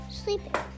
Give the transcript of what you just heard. sleeping